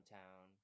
town